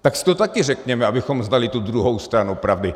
Tak si to taky řekněme, abychom znali tu druhou stranu pravdy.